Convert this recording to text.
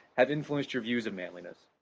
have influenced your views of manliness?